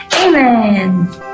Amen